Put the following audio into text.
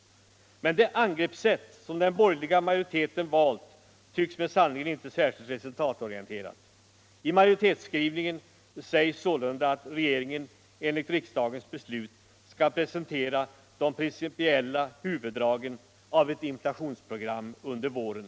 Men det angreppssätt som den borgerliga majoriteten valt tycks mig sannerligen inte särskilt resultatorienterat. I majoritetsskrivningen sägs sålunda att regeringen enligt riksdagens beslut skall presentera de principiella huvuddragen av ett inflationsprogram under våren.